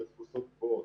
בתפוסות גבוהות.